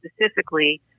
specifically